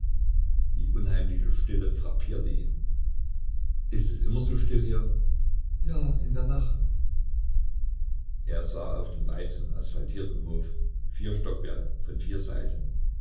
die unheimliche stille frappierte ihn ist es immer so still hier ja in der nacht er sah auf den weiten asphaltierten hof vier stockwerke von vier seiten